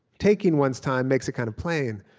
taking one's time makes it kind of plain,